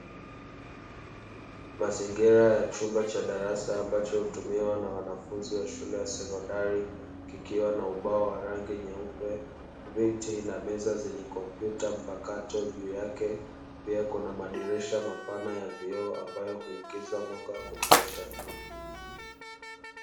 Mazingira ya chumba cha darasa ambacho hutumiwa na wanafunzi wa shule ya sekondari, kikiwa na:, ubao wa rangi nyeupe viti na meza zenye kompyuta mpakato; juu yake pia kuna madirisha mapana ya vioo ambayo huingiza mwanga wa kutosha.